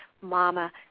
Mama